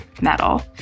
metal